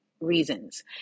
reasons